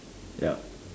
yup